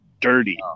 dirty